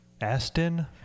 Aston